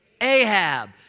Ahab